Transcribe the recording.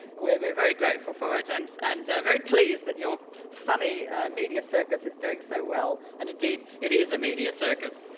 we are very grateful for it, and and very pleased that your funny media circus is doing so well and indeed it is a media circus.